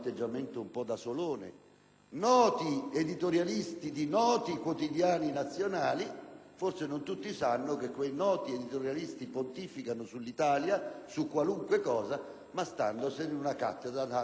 noti editorialisti su noti quotidiani nazionali: forse non tutti sanno che quei noti editorialisti pontificano sull'Italia, su qualunque cosa, essendo titolari di cattedra presso la Harvard University.